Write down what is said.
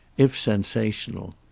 if sensational.